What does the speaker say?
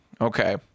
okay